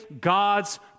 God's